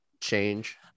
change